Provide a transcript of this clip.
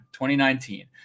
2019